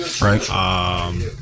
Right